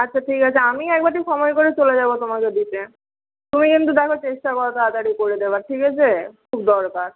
আচ্ছা ঠিক আছে আমি একবারটি সময় করে চলে যাবো তোমার ওদিকে তুমি কিন্তু দেখো চেষ্টা করো তাড়াতাড়ি করে দেওয়ার ঠিক আছে খুব দরকার